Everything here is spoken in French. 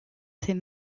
ses